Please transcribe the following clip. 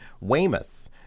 Weymouth